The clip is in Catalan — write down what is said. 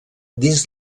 dins